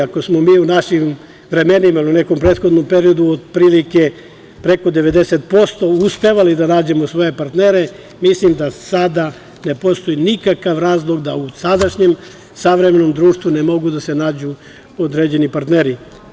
Ako smo mi u našim vremenima ili u nekom prethodnom periodu otprilike preko 90% uspevali da nađemo svoje partnere, mislim da sada ne postoji nikakav razlog da u sadašnjem savremenom društvu ne mogu da se nađu određeni partneri.